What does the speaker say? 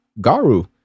Garu